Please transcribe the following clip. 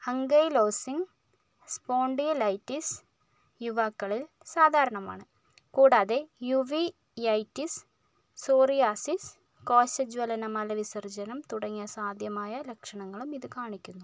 ankylosing spondylitis യുവാക്കളിൽ സാധാരണമാണ് കൂടാതെ യുവിയൈറ്റിസ് സോറിയാസിസ് കോശജ്വലനമലവിസർജ്ജനം തുടങ്ങിയ സാധ്യമായ ലക്ഷണങ്ങളും ഇത് കാണിക്കുന്നു